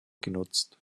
genutzt